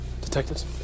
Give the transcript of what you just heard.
Detectives